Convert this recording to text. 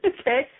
Okay